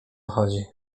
chodzi